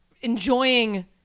enjoying